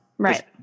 Right